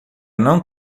não